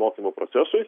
mokymų procesui